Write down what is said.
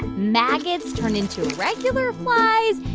maggots turn into regular flies.